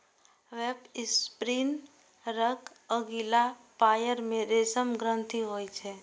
वेबस्पिनरक अगिला पयर मे रेशम ग्रंथि होइ छै